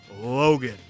Logan